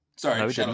Sorry